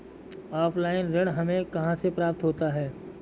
Offline ऋण हमें कहां से प्राप्त होता है?